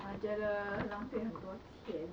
我觉得浪费很多钱